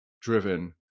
driven